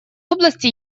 области